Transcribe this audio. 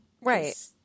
Right